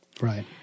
Right